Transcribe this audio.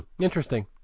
Interesting